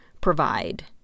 provide